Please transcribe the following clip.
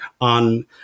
on